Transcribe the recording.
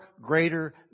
greater